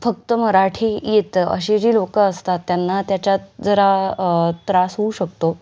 फक्त मराठी येतं अशी जी लोकं असतात त्यांना त्याच्यात जरा त्रास होऊ शकतो